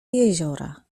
jeziora